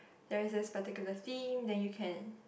there is this particular theme then you can